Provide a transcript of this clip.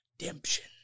redemption